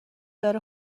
داره